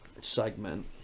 segment